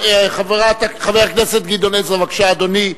חבר הכנסת גדעון עזרא, בבקשה, אדוני.